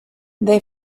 they